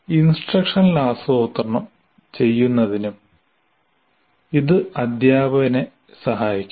instruction ആസൂത്രണം ചെയ്യുന്നതിനും ഇത് അധ്യാപകനെ സഹായിക്കും